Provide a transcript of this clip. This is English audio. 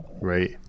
Right